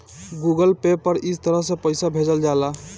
Google Pay पअ इ तरह से पईसा भेजल जाला